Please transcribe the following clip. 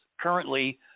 currently